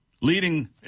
leading